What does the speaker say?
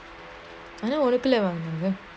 I never நல்லவளர்க்கலயா:nalla valarkalaya